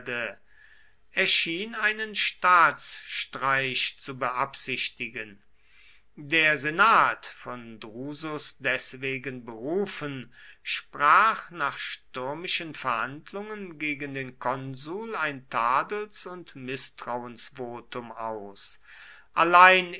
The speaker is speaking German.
schien einen staatsstreich zu beabsichtigen der senat von drusus deswegen berufen sprach nach stürmischen verhandlungen gegen den konsul ein tadels und mißtrauensvotum aus allein